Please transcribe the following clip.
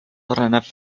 areneb